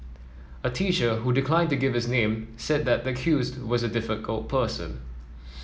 a teacher who declined to give his name said that the accused was a difficult person